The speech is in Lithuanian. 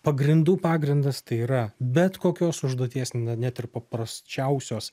pagrindų pagrindas tai yra bet kokios užduoties net ir paprasčiausios